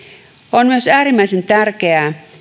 on myös äärimmäisen tärkeää